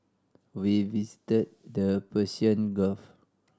we visited the Persian Gulf